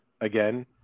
again